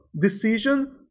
decision